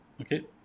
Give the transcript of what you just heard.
Okay